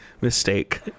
mistake